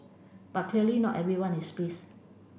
but clearly not everyone is pleased